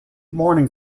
morning